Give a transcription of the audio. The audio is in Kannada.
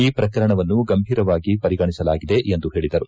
ಈ ಪ್ರಕರಣವನ್ನು ಗಂಭೀರವಾಗಿ ಪರಿಗಣಿಸಲಾಗಿದೆ ಎಂದು ಹೇಳಿದರು